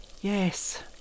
Yes